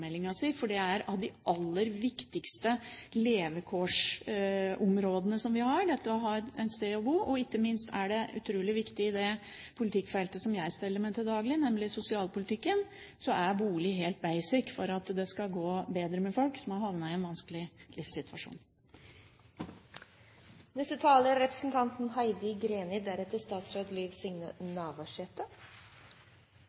for det å ha et sted å bo er av de aller viktigste levekårsområdene vi har, og ikke minst er det utrolig viktig i det politikkfeltet som jeg steller med til daglig, nemlig sosialpolitikken. Der er bolig helt «basic» for at det skal gå bedre med folk som har havnet i en vanskelig livssituasjon.